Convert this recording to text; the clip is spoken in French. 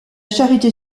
charité